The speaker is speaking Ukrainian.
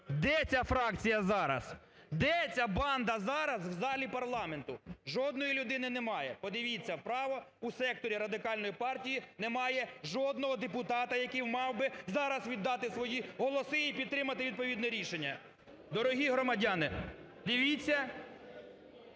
Де ця фракція зараз? Де ця банда зараз в залі парламенту? Жодної людини немає, подивіться вправо у секторі Радикальної партії немає жодного депутата, який мав би зараз віддати свої голоси і підтримати відповідне рішення. Дорогі громадяни, дивіться…